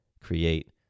create